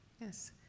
Yes